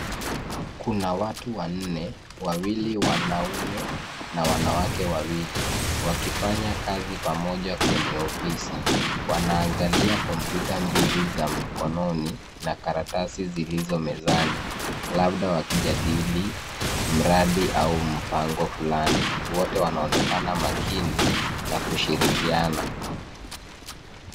Kuna watu wanne, wawili wanaume na wanawake wawili, wakifanya kazi pamoja kwenye ofisi. Wanaangalia kompyuta mbili za mkononi na karatasi zilizo mezani, labda wakijadili mradi au mpango fulani. Wote wanaonekana makini na kushirikiana.